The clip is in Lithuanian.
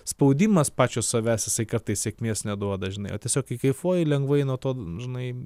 spaudimas pačio savęs jisai kartais sėkmės neduoda žinai o tiesiog kai kaifuoji lengvai nuo to žinai